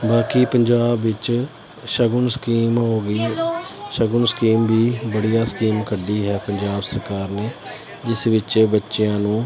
ਬਾਕੀ ਪੰਜਾਬ ਵਿੱਚ ਸ਼ਗਨ ਸਕੀਮ ਹੋ ਗਈ ਸ਼ਗਨ ਸਕੀਮ ਵੀ ਬੜੀਆ ਸਕੀਮ ਕੱਢੀ ਹੈ ਪੰਜਾਬ ਸਰਕਾਰ ਨੇ ਜਿਸ ਵਿੱਚ ਬੱਚਿਆਂ ਨੂੰ